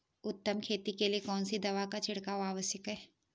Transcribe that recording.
उत्तम खेती के लिए कौन सी दवा का छिड़काव आवश्यक है?